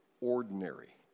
ordinary